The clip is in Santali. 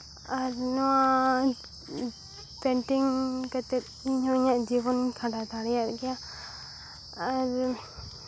ᱟᱨ ᱱᱚᱣᱟ ᱯᱮᱱᱴᱤᱝ ᱠᱟᱛᱮ ᱤᱧᱦᱚᱸ ᱤᱧᱟᱹᱜ ᱡᱤᱵᱚᱱᱤᱧ ᱠᱷᱟᱱᱰᱟᱣ ᱫᱟᱲᱮᱭᱟᱜ ᱜᱮᱭᱟ ᱟᱨ